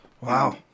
Wow